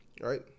right